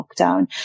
lockdown